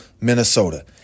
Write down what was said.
Minnesota